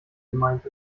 gemeint